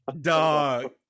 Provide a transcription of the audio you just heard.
Dog